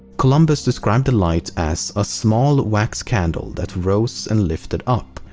columbus described the light as a small wax candle that rose and lifted up.